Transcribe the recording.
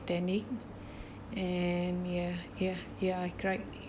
titanic and ya ya ya I cried